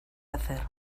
hacer